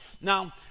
Now